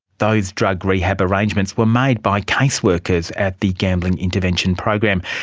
those drug rehab arrangements were made by case-workers at the gambling intervention program.